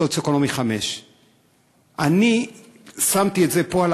סוציו-אקונומי 5. אני שמתי את זה פה על